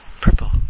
purple